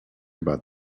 about